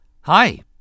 Hi